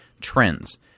trends